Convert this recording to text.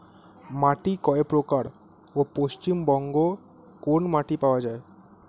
মাটি কয় প্রকার ও পশ্চিমবঙ্গ কোন মাটি পাওয়া য়ায়?